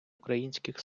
українських